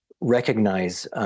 recognize